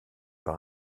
par